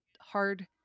hard